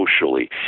socially